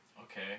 Okay